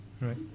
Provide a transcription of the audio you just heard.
Right